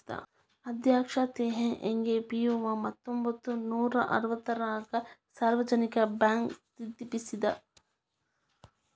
ಅಧ್ಯಕ್ಷ Teh Hong Piow ಹತ್ತೊಂಬತ್ ನೂರಾ ಅರವತ್ತಾರಗ ಸಾರ್ವಜನಿಕ ಬ್ಯಾಂಕ್ ಸ್ಥಾಪಿಸಿದ